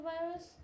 virus